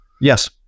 Yes